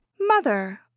Mother